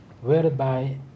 whereby